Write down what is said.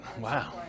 Wow